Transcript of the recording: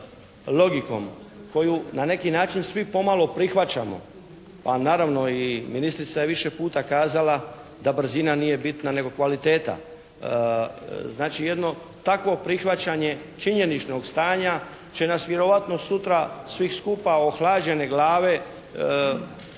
logikom koju na neki način svi pomalo prihvaćamo a naravno i ministrica je više puta kazala da brzina nije bitna nego kvaliteta. Znači, jedno takvo prihvaćanje činjeničnog stanja će nas vjerojatno sutra svih skupa ohlađene glave